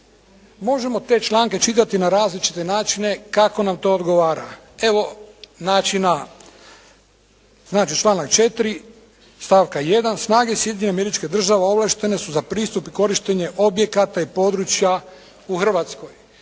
Možemo te članke čitati na različite načine kako nam to odgovara. Evo način a), znači članak 4. stavak 1. snage Sjedinjenih Američkih Države ovlaštene su za pristup i korištenje objekata i područja u Hrvatskoj.